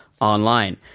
online